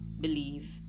believe